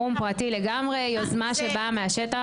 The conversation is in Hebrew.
זהו פורום פרטי לגמרי יוזמה שבאה מהשטח.